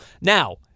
Now